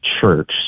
Church